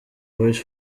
voice